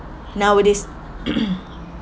nowadays